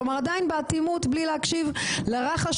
כלומר עדיין באטימות בלי להקשיב לרחש